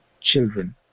children